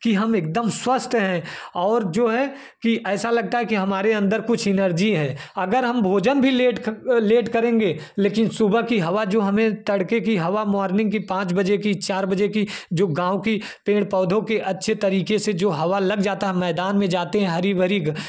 कि हम एकदम स्वस्थ हैं और जो है कि ऐसा लगता है कि हमारे अन्दर कुछ इनर्जी है अगर हम भोजन भी लेट लेट लेट करेंगे लेकिन सुबह की हवा जो हमें तड़के की हवा मॉर्निंग के पाँच बजे की चार बजे की जो गाँव की पेड़ पौधों की अच्छे तरीके से जो हवा लग जाता है मैदान में जाते हैं हरी भरी घा